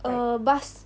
err bus